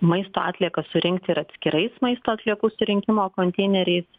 maisto atliekas surinkti ir atskirais maisto atliekų surinkimo konteineriais